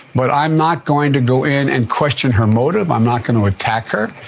but i'm not going to go in and question her motive. i'm not going to attack her.